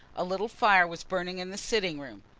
a little fire was burning in the sitting-room.